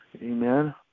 Amen